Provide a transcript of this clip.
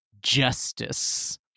Justice